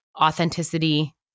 authenticity